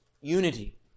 unity